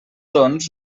doncs